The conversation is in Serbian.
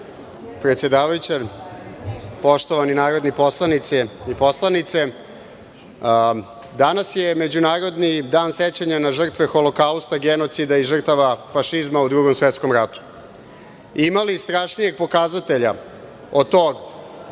dan. Predsedavajuća, poštovani narodni poslanici i poslanice, danas je Međunarodni dan sećanja na žrtve holokausta, genocida i žrtava fašizma u Drugom svetskom ratu. Ima li strašnijeg pokazatelja od toga